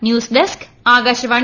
news desk Akashvani